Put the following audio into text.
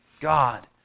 God